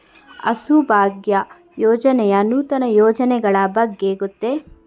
ಹಸುಭಾಗ್ಯ ಯೋಜನೆಯ ನೂತನ ಯೋಜನೆಗಳ ಬಗ್ಗೆ ಗೊತ್ತೇ?